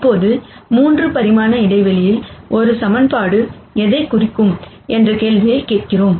இப்போது ஒரு 3 பரிமாண இடைவெளியில் ஒரு ஈக்குவேஷன் எதைக் குறிக்கும் என்ற கேள்வியைக் கேட்கிறோம்